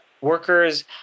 workers